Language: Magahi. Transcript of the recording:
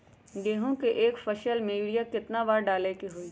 गेंहू के एक फसल में यूरिया केतना बार डाले के होई?